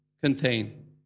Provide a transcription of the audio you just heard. contain